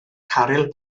caryl